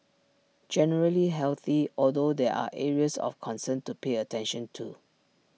generally healthy although there are areas of concern to pay attention to